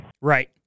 Right